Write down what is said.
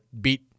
beat